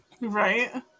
Right